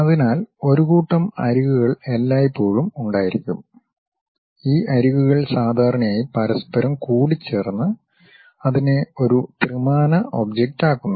അതിനാൽ ഒരു കൂട്ടം അരികുകൾ എല്ലായ്പ്പോഴും ഉണ്ടായിരിക്കും ഈ അരികുകൾ സാധാരണയായി പരസ്പരം കൂടിച്ചേർന്ന് അതിനെ ഒരു ത്രിമാന ഒബ്ജക്റ്റ് ആക്കുന്നു